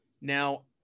Now